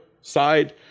side